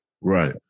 Right